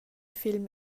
film